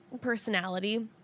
personality